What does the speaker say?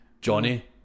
Johnny